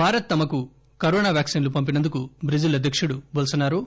భారత్ తమకు కరోనా వ్యాక్పిమ్లు పంపినందుకు బ్రెజిల్ అధ్యకుడు బోల్సనారో